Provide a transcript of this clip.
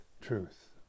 truth